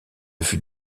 fut